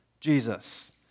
Jesus